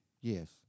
Yes